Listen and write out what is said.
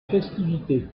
festivités